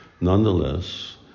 Nonetheless